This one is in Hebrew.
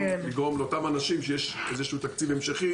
לגרום לאותם אנשים לראות שיש תקציב המשכי